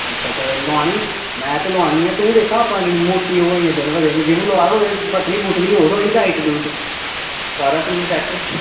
ते अच्छा लोआनी में ते लोआनी तूं दिक्ख मोटी होआ दी दिन ब दिन जिम ला कुदै पतली हो तोह्ड़ी डाईट कर अपनी सेट